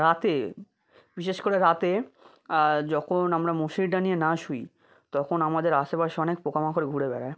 রাতে বিশেষ করে রাতে যখন আমরা মশারি টানিয়ে না শুই তখন আমাদের আশেপাশে অনেক পোকা মাকড় ঘুরে বেরায়